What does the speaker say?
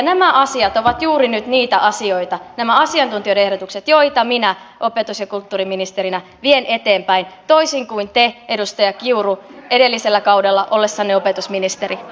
nämä asiat nämä asiantuntijoiden ehdotukset ovat juuri nyt niitä asioita joita minä opetus ja kulttuuriministerinä vien eteenpäin toisin kuin te edustaja kiuru edellisellä kaudella ollessanne opetusministeri